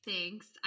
Thanks